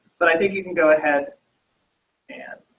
but i think you can go ahead and